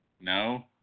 No